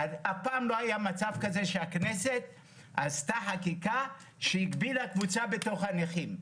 אף פעם לא היה מצב כזה שהכנסת עשתה חקיקה שהגבילה קבוצה בתוך הנכים.